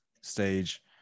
stage